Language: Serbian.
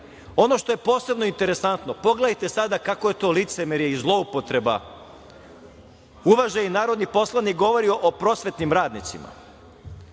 što je posebno interesantno pogledajte kako je to licemerje i zloupotreba. Uvaženi narodni poslanik govori o prosvetnim radnicima,